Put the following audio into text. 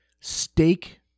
Steak